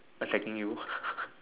attacking you